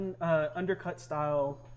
undercut-style